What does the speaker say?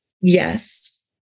Yes